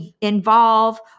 involve